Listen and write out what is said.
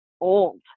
old